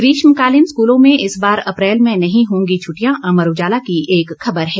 ग्रीष्मकालीन स्कूलों मे इस बार अप्रैल में नहीं होंगी छुट्टियां अमर उजाला की एक अन्य खबर है